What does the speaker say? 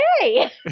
Okay